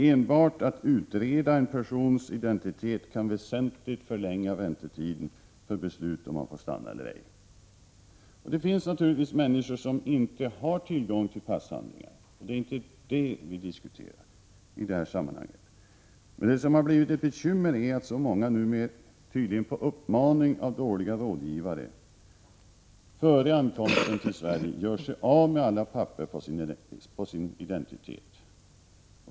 Enbart att ureda en persons identitet kan väsentligt förlänga väntetiden för beslut om huruvida han får stanna eller ej. Det finns naturligtvis människor som inte har tillgång till pass. Det är inte det vi diskuterar i detta sammanhang. Det som blivit ett bekymmer är att många, tydligen på uppmaning av dåliga rådgivare, före ankomsten till Sverige gör sig av med alla papper om sin identitet.